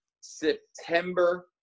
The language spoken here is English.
September